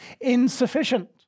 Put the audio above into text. insufficient